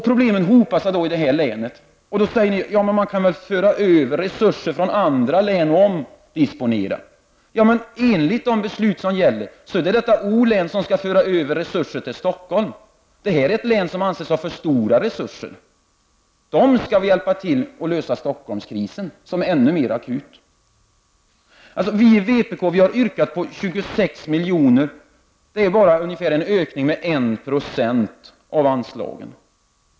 Problemen hopar sig alltså i detta län. Man kan väl föra över resurser från andra län och omdisponera, säger kanske någon. Men enligt det beslut som gäller är det O-län som skall föra över resurser till Stockholm. Länet i fråga anses ha för stora resurser. Man skall alltså hjälpa till att lösa Stockholmskrisen som är än mer akut. Vi i vpk har yrkat ett anslag på 26 milj.kr. till skatteförvaltningen i O-län. Det är en ökning med ca 1 90 av nuvarande anslag.